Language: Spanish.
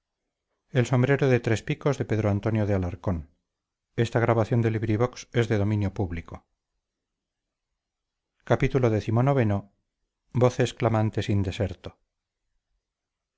del sombrero de tres picos son